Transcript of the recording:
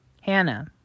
Hannah